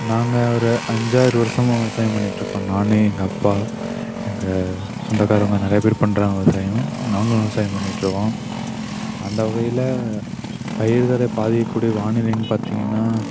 நாங்கள் ஒரு அஞ்சாறு வருடமா விவசாயம் பண்ணிகிட்ருக்கோம் நான் எங்கள் அப்பா எங்க சொந்தகாரங்க நிறைய பேர் பண்ணுறாங்க விவசாயம் நாங்களும் விவசாயம் பண்ணிகிட்ருக்கோம் அந்த வகையில் பயிர்களை பாதிக்கக்கூடிய வானிலைன்னு பார்த்தீங்கன்னா